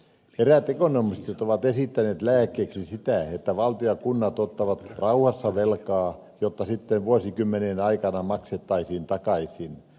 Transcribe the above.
eräät ekonomistit ovat esittäneet lääkkeeksi sitä että valtio ja kunnat ottavat rauhassa velkaa jota sitten vuosikymmenien aikana maksettaisiin takaisin